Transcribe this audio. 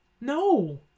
No